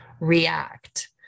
react